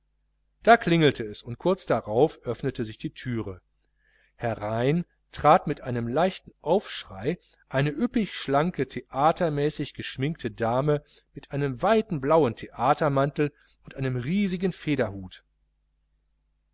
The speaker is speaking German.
da klingelte es und kurz darauf öffnete sich die thüre herein trat mit einem leichten aufschrei eine üppig schlanke theatermäßig geschminkte dame mit einem weiten blauen theatermantel und einem riesigen federhut